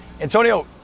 antonio